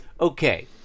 Okay